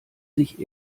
sich